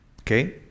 okay